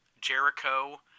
Jericho